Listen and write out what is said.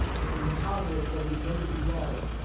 when we tolerate what we know to be wrong,